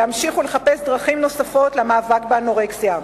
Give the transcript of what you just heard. להמשיך ולחפש דרכים נוספות למאבק באנורקסיה,